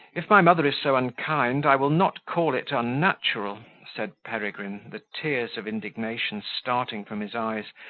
if my mother is so unkind, i will not call it unnatural, said peregrine, the tears of indignation starting from his eyes,